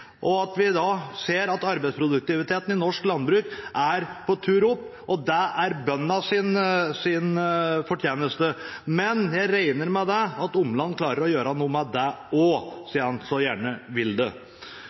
ser at arbeidsproduktiviteten i norsk landbruk er på tur opp, og det er bøndenes fortjeneste. Men jeg regner med at Omland klarer å gjøre noe med det også, siden han så gjerne vil det.